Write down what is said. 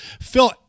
phil